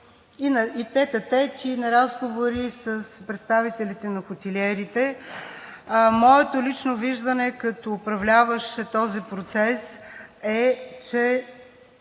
и на разговори с представителите на хотелиерите. Моето лично виждане като управляващ този процес е, че